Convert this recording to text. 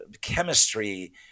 chemistry